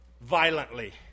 violently